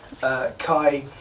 Kai